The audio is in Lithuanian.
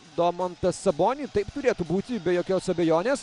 domantą sabonį taip turėtų būti be jokios abejonės